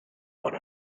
one